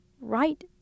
right